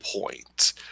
point